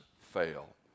fail